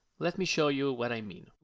let me show you ah what i mean.